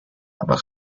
apa